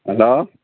hello